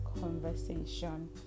conversation